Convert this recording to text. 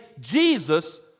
Jesus